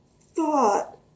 thought